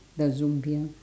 the zombie